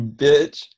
bitch